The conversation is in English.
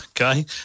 Okay